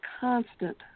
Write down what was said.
constant